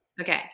Okay